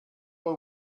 will